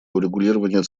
урегулирования